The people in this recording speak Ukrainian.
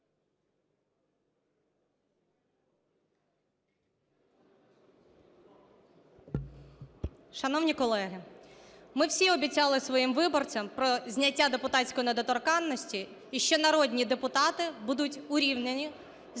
Шановні колеги, ми всі обіцяли своїм виборцям про зняття депутатської недоторканності і що народні депутати будуть урівняні з